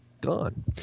gone